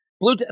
Blue